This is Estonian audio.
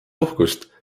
puhkust